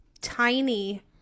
tiny